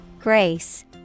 Grace